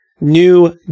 new